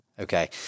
Okay